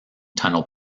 tunnel